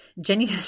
Jenny